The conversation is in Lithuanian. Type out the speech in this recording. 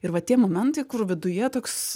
ir va tie momentai kur viduje toks